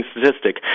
statistic